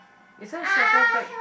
is there a shelter back